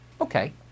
Okay